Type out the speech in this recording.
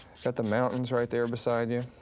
got the mountains right there beside you.